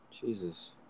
Jesus